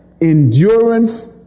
endurance